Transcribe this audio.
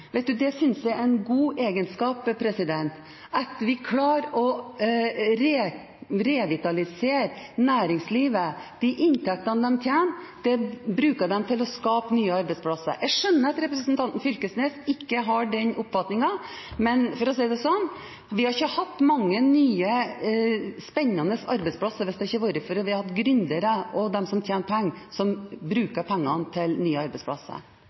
synes jeg er en god egenskap. De inntektene de får, bruker de til å skape nye arbeidsplasser. Jeg skjønner at representanten Fylkesnes ikke har den oppfatningen, men for å si det sånn: Vi hadde ikke hatt mange nye, spennende arbeidsplasser hvis det ikke hadde vært for at vi har gründere og de som tjener penger, som bruker pengene til nye arbeidsplasser.